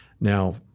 now